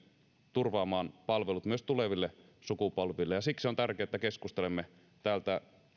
turvaamaan palvelut myös tuleville sukupolville ja siksi on tärkeää että keskustelemme niin täältä